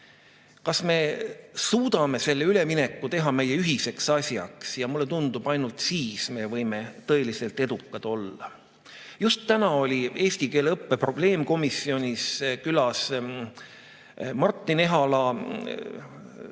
Kas me suudame selle ülemineku teha meie ühiseks asjaks? Mulle tundub, et ainult siis me võime tõeliselt edukad olla. Just täna oli eesti keele õppe [arengu] probleemkomisjonis külas Martin Ehala.